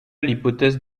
l’hypothèse